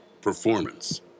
Performance